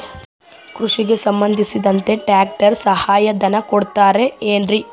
ಕೃಷಿಗೆ ಸಂಬಂಧಿಸಿದಂತೆ ಟ್ರ್ಯಾಕ್ಟರ್ ಸಹಾಯಧನ ಕೊಡುತ್ತಾರೆ ಏನ್ರಿ?